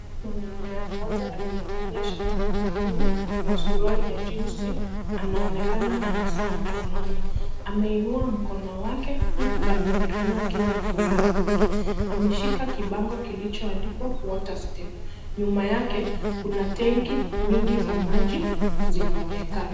Mwanaume mmoja aliyevalia shati la buluu na suruali ya jinsi anaonekana ana saa mkononi, ameinua mkono wake huku anaonekana akiwa na furaha nyingi, ameshika kibango kilichoandikwa waterStep, nyuma yake kuna tenki nyigi za maji zinaonekana.